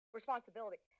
responsibility